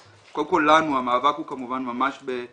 אז קודם כל לנו המאבק הוא כמובן ממש בעיצומו,